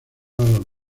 los